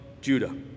Judah